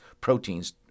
proteins